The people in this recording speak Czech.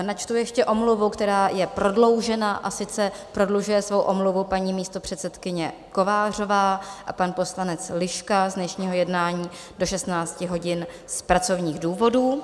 Načtu ještě omluvu, která je prodloužena, a sice prodlužuje svou omluvu paní místopředsedkyně Kovářová a pan poslanec Liška z dnešního jednání do 16 hodin z pracovních důvodů.